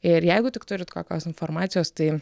ir jeigu tik turit kokios informacijos tai